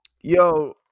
Yo